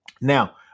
Now